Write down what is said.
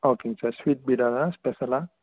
ஓகேங்க sir sweet பீடாவா ஸ்பெஷலா